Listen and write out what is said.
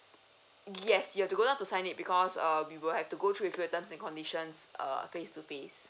yes you have to go down to sign it because err we will have to go through to the terms and conditions err face to face